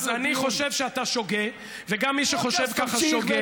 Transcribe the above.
אז אני חושב שאתה שוגה, וגם מי שחושב ככה שוגה.